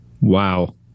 Wow